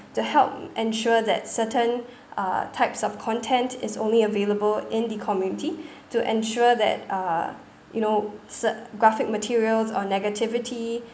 to help ensure that certain uh types of content is only available in the community to ensure that uh you know cer~ graphic materials or negativity